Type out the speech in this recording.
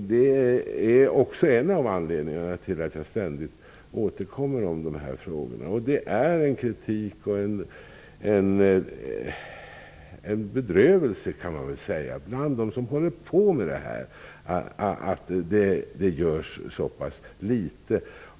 Det är också en av anledningarna till att jag ständigt återkommer till de här frågorna. Det finns kritik och det råder bedrövelse bland dem som arbetar med dessa frågor med anledning av att det görs så pass litet.